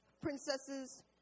princesses